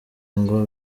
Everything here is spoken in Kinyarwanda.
ngo